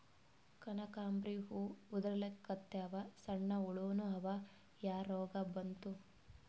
ಕನಕಾಂಬ್ರಿ ಹೂ ಉದ್ರಲಿಕತ್ತಾವ, ಸಣ್ಣ ಹುಳಾನೂ ಅವಾ, ಯಾ ರೋಗಾ ಬಂತು?